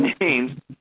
names